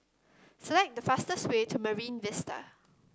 select the fastest way to Marine Vista